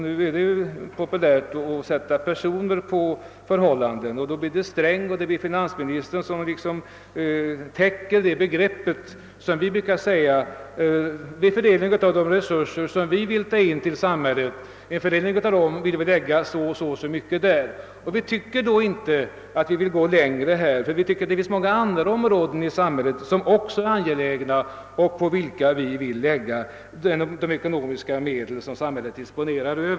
Nu är det ju populärt att låta personnamn symbolisera sakförhållanden, och då säger man att Sträng, finansministern, satt sin hand på socialdemokraterna, då man avser det förhållandet att vi vill fördela de resurser som tas in till samhället. Vi tycker inte att vi vill gå längre på denna punkt, eftersom det finns många andra områden som också är angelägna och på vilka vi vill lägga en del av de medel som samhället disponerar.